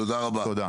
תודה.